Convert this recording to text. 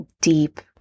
deep